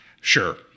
Sure